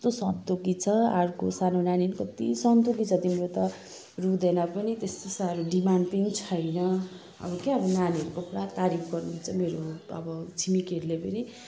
कस्तो सन्तोकी छ अर्को सानो नानी नि सन्तोकी छ तिम्रो त रुँदैन पनि त्यस्तो साह्रो डिमान्ड पनि छैन अब के नानीहरूको पुरा तारिफ गर्नुहुन्छ मेरो अब छिमेकीहरूले पनि